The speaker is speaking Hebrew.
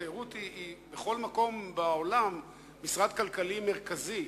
בכל מקום בעולם התיירות היא משרד כלכלי מרכזי,